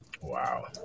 Wow